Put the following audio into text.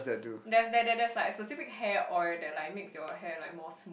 there's there there's like a specific hair oil that like makes your hair like more